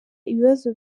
ibibazo